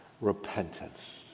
repentance